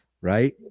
right